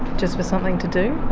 just for something to do? yeah.